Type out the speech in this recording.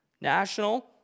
national